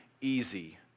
easy